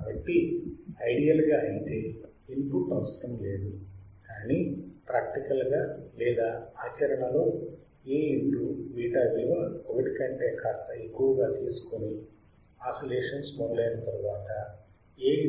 కాబట్టి ఐడియల్ గా ఐతే ఇన్పుట్ అవసరం లేదు కానీ ప్రాక్టికల్ గా లేదా ఆచరణలో Aβ విలువ 1 కంటే కాస్త ఎక్కువగా తీసుకుని ఆసిలేషన్స్ మొదలైన తరువాత Aβ